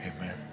Amen